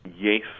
yes